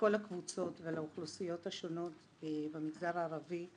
לכל הקבוצות ולאוכלוסיות השונות במגזר הערבי,